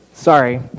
Sorry